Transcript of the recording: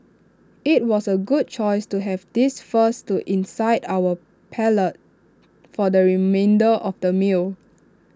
IT was A good choice to have this first to incite our palate for the remainder of the meal